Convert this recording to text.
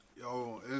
Yo